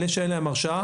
אלה שאין להם הרשעה,